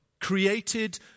created